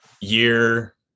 year